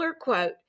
quote